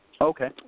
Okay